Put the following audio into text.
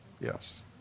Yes